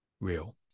real